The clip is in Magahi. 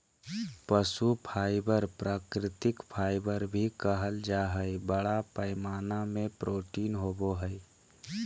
पशु फाइबर प्राकृतिक फाइबर भी कहल जा हइ, बड़ा पैमाना में प्रोटीन होवो हइ